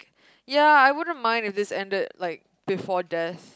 ya I wouldn't mind if this ended like before this